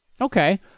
Okay